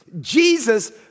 Jesus